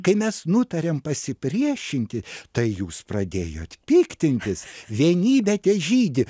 kai mes nutarėm pasipriešinti tai jūs pradėjot piktintis vienybė težydi